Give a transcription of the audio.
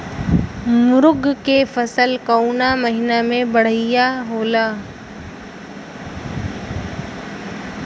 मुँग के फसल कउना महिना में बढ़ियां होला?